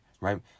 right